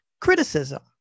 criticism